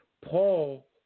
Paul